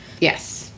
Yes